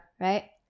right